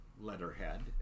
letterhead